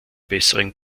besseren